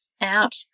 out –